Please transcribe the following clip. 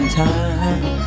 time